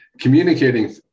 communicating